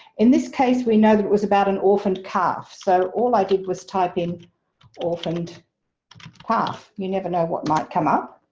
in this case we know that it was about an orphaned calf, so all i did was type in orphaned calf. you never know what might come up,